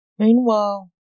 Meanwhile